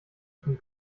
tun